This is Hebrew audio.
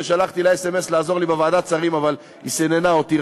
ששלחתי לה סמ"ס שתעזור לי בוועדת שרים אבל היא סיננה אותי,